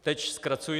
Teď zkracuji.